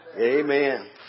Amen